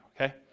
Okay